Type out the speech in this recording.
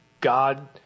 God